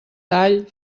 tall